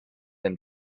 them